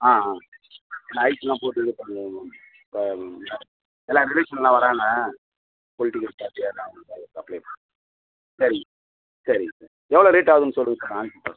ஆ ஆ இந்த ஐஸ்லெலாம் போட்டு இது பண்ணலயே ஏதும் இப்போ இது எல்லா ரிலேஷனெலாம் வராங்க பொலிட்டிக்கல் பார்ட்டி அதுதான் சப்ளை பண்ண சரிங்க சரிங்க சார் எவ்வளோ ரேட் ஆகுதுன்னு சொல்லுங்கள் சார் நான் அனுப்பிவிட்றேன் சார்